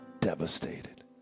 devastated